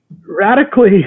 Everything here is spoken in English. radically